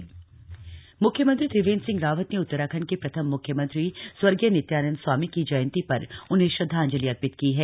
जित्यानंद स्वामी जयंती म्ख्यमंत्री त्रिवेन्द्र सिंह रावत ने उत्तराखण्ड के प्रथम म्ख्यमंत्री स्वर्गीय नित्यानन्द स्वामी की जयंती पर उन्हें श्रद्धांजलि अर्पित की है